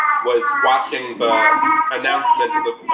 was watching the announcement of the